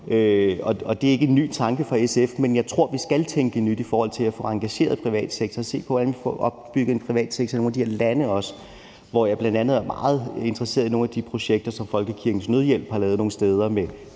Det er ikke en ny tanke for SF, men jeg tror, vi skal tænke nyt i forhold til at få engageret privatsektoren, og også se på, hvordan vi får opbygget en privat sektor i nogle af de her lande. Jeg er bl.a. meget interesseret i nogle af de projekter, som Folkekirkens Nødhjælp har lavet nogle steder med